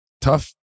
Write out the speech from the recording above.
tough